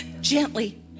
gently